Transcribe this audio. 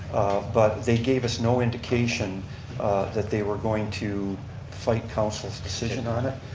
but they gave us no indication that they were going to fight council's decision on it.